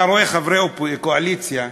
אתה רואה חברי קואליציה יושבים,